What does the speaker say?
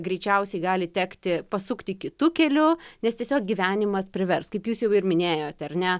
greičiausiai gali tekti pasukti kitu keliu nes tiesiog gyvenimas privers kaip jūs jau ir minėjot ar ne